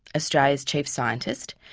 australia's chief scientist,